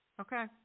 Okay